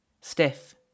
stiff